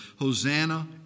Hosanna